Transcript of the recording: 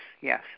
yes